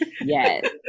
yes